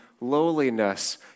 lowliness